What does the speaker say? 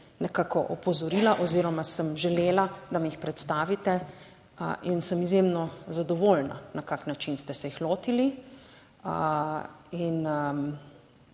nekako opozorila oziroma sem želela, da mi jih predstavite in sem izjemno zadovoljna na kakšen način ste se jih lotili